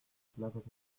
plazas